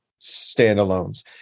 standalones